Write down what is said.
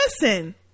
listen